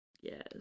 yes